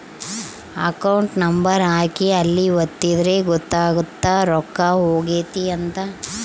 account number ಹಾಕಿ ಅಲ್ಲಿ ಒತ್ತಿದ್ರೆ ಗೊತ್ತಾಗುತ್ತ ರೊಕ್ಕ ಹೊಗೈತ ಅಂತ